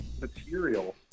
Material